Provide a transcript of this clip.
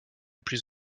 plus